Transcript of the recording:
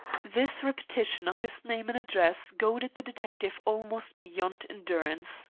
this repetition of his name and address goaded the detective almost beyond endurance.